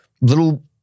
little